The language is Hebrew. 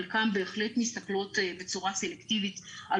חלקן בהחלט מסתכלות בצורה סלקטיבית על